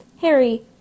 Harry